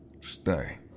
Stay